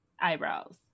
eyebrows